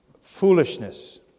foolishness